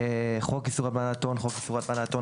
"חוק איסור הלבנת הון" חוק איסור הלבנת הון,